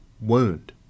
wound